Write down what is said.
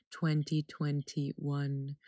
2021